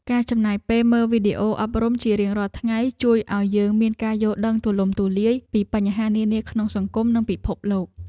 ការចំណាយពេលមើលវីដេអូអប់រំជារៀងរាល់ថ្ងៃជួយឱ្យយើងមានការយល់ដឹងទូលំទូលាយពីបញ្ហានានាក្នុងសង្គម និងពិភពលោក។